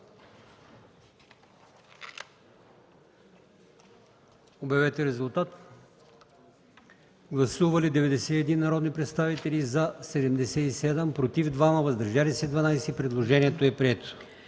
Моля, гласувайте. Гласували 87 народни представители: за 72, против 4, въздържали се 11. Предложението е прието.